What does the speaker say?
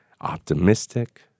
optimistic